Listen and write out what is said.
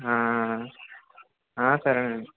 సరే అండి